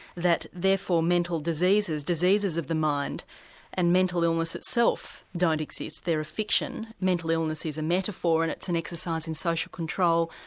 that therefore mental diseases, diseases of the mind and mental illness itself don't exist, they are a fiction, mental illness is a metaphor and it's an exercise in social control,